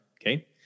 Okay